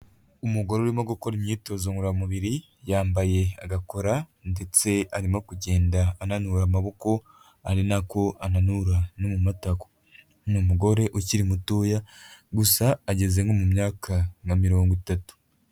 Umugore urimo gukora imyitozo ngororamubiri, yambaye agakora ndetse arimo kugenda ananura amaboko ari nako ananura no mu matako, ni umugore ukiri mutoya gusa ageze nko mu myaka nka mirongo itatu.